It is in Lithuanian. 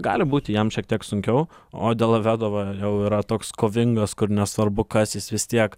gali būti jiem šiek tiek sunkiau o delavedova jau yra toks kovingas kur nesvarbu kas jis vis tiek